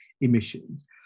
emissions